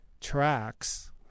tracks